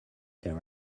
there